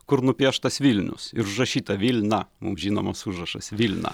kur nupieštas vilnius ir užrašyta vilna mums žinomas užrašas vilna